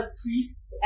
priests